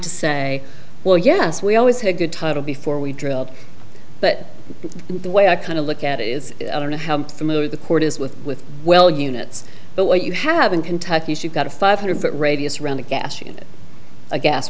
to say well yes we always had good title before we drilled but the way i kind of look at it is i don't know how familiar the court is with with well units but what you have in kentucky she got a five hundred foot radius around the gas u